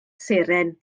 seren